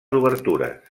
obertures